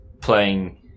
playing